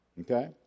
okay